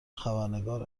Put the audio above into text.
خبرنگار